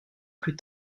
plus